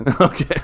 Okay